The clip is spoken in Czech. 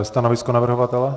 Stanovisko navrhovatele?